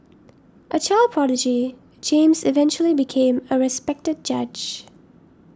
a child prodigy James eventually became a respected judge